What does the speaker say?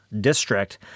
district